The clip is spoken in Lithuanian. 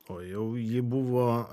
o jau ji buvo